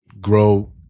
grow